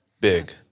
big